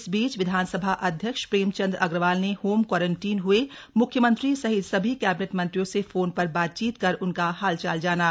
इस बीच विधानसभा अध्यक्ष प्रेमचंद अग्रवाल ने होम क्वारंटाइन हए मुख्यमंत्री सहित सभी कैबिनेट मंत्रियों से फोन पर बातचीत कर उनका हालचाल जाना